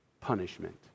punishment